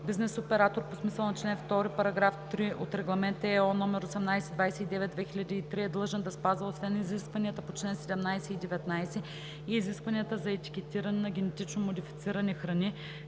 Бизнес оператор по смисъла на чл. 2, параграф 3 от Регламент (ЕО) № 1829/2003 е длъжен да спазва освен изискванията на чл. 17 и 19, и изискванията за етикетиране на генетично модифицирани храни,